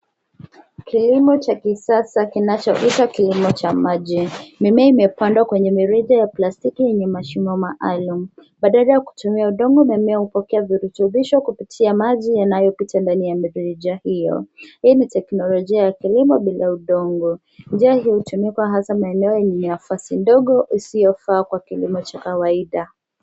Kilimo cha kisasa kinachoitwa kilimo cha maji. Mimea imepandwa kwenye mirija ya plastiki yenye mashimo maalum. Badala ya kutumia udongo, mimea hupokea virutubisho kupitia maji yanayopita ndani ya mirija hiyo. Hii ni teknolojia ya kilimo bila udongo. Njia hii hutumika hasa maeneo yenye nafasi ndogo isiyofaa kwa kilimo cha kawaida.